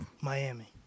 Miami